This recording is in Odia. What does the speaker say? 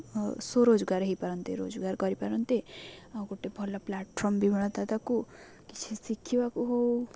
ସ୍ୱରୋଜଗାର ହୋଇପାରନ୍ତେ ରୋଜଗାର କରିପାରନ୍ତେ ଆଉ ଗୋଟେ ଭଲ ପ୍ଲାଟ୍ଫର୍ମ୍ ବି ମିଳନ୍ତା ତାକୁ କିଛି ଶିଖିବାକୁ ହେଉ